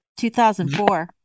2004